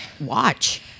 watch